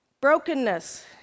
Brokenness